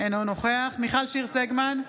אינו נוכח מיכל שיר סגמן,